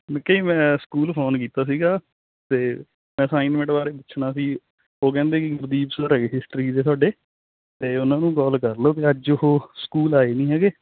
ਕੀ ਮੈਂ school phone ਕੀਤਾ ਸੀਗਾ ਤੇ ਅਸਾਈਨਮੈਂਟ ਬਾਰੇ ਪੁੱਛਣਾ ਸੀ ਉਹ ਕਹਿੰਦੇ ਕੀ ਗੁਰਦੀਪ ਸਰ ਹੈਗੇ ਹਿਸਟਰੀ ਦੇ ਥੋਡੇ ਤੇ ਉਹਨਾਂ ਨੂੰ ਕੋਲ ਕਰਲੋ ਵੀ ਅੱਜ ਉਹ ਸਕੂਲ ਆਏ ਨੀ ਹੈਗੇ